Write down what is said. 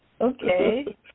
Okay